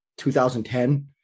2010